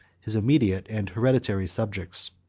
his immediate and hereditary subjects.